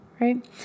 right